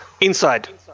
inside